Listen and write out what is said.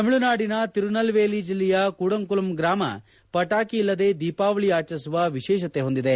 ತಮಿಳುನಾಡಿನ ತಿರುನಲ್ವೇಲಿ ಜಿಲ್ಲೆಯ ಕೂಡಂಕೂಲಂ ಗ್ರಾಮ ಪಟಾಕಿ ಇಲ್ಲದೆ ದೀಪಾವಳಿ ಆಚರಿಸುವ ವಿಶೇಷತೆ ಹೊಂದಿದೆ